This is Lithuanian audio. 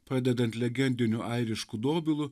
pradedant legendiniu airišku dobilu